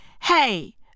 hey